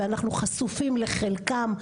ואנחנו חשופים לחלקם,